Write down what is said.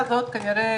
ואגב,